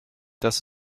das